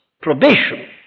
probation